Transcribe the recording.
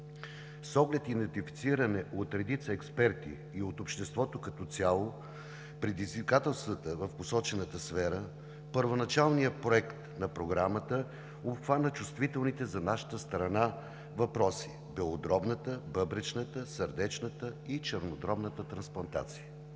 с оглед идентифицирането от редица експерти и от обществото като цяло на предизвикателствата в посочената сфера, първоначалният проект на Програмата обхвана чувствителните за нашата страна въпроси – белодробната, бъбречната, сърдечната и чернодробната трансплантации.